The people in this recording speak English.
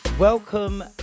Welcome